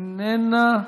איננה,